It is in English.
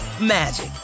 magic